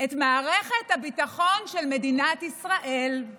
"אסור להקים ולקיים כל כוח מזוין מחוץ לצבא הגנה לישראל";